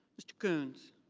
mr. kunz.